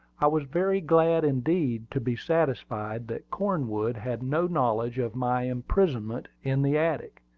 i was very glad indeed to be satisfied that cornwood had no knowledge of my imprisonment in the attic,